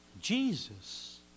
Jesus